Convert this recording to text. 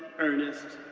earnest,